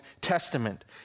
Testament